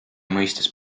mõistes